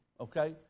okay